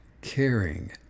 caring